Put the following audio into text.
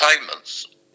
payments